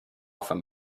from